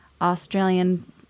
Australian